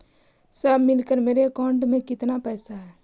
सब मिलकर मेरे अकाउंट में केतना पैसा है?